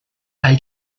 hay